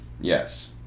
Yes